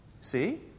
See